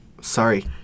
sorry